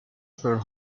pearl